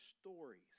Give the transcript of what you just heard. stories